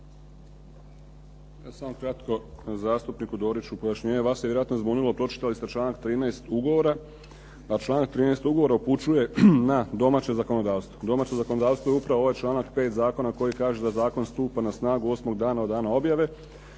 Evo samo kratko zastupniku Doriću pojašnjenje. Vas je vjerojatno zbunilo pročitali ste članak 13. ugovora. A članak 13. ugovora upućuje na domaće zakonodavstvo. Domaće zakonodavstvo je upravo ovaj članak 5. zakona koji kaže da zakon stupa na snagu osmog dana od dana objave.